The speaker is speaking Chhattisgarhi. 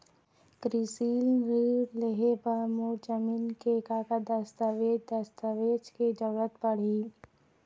कृषि ऋण लेहे बर मोर जमीन के का दस्तावेज दस्तावेज के जरूरत पड़ही?